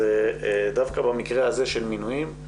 דווקא במקרה הזה של מינויים,